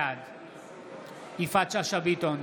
בעד יפעת שאשא ביטון,